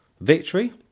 victory